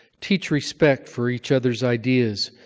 teach respect for each other's ideas,